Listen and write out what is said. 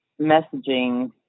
messaging